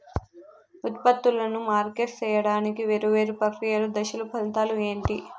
ఉత్పత్తులను మార్కెట్ సేయడానికి వేరువేరు ప్రక్రియలు దశలు ఫలితాలు ఏంటి?